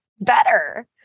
better